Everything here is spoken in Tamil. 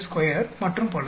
452 மற்றும் பல